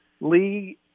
Lee